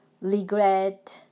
regret